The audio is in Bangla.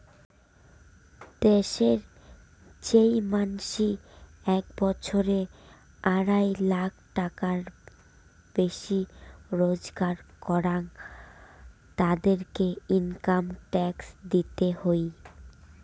দ্যাশের যেই মানসি এক বছরে আড়াই লাখ টাকার বেশি রোজগার করাং, তাদেরকে ইনকাম ট্যাক্স দিতে হই